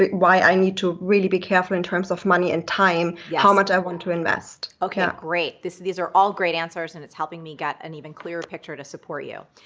why i need to really be careful in terms of money and time, how much i want to invest. okay, great. these are all great answers and it's helping me get an even clearer picture to support you.